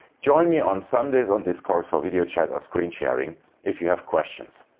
join me on sundays on discord for video chat or screen sharing if you have questions.